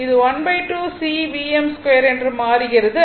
இது ½ C Vm2 என்று மாறுகிறது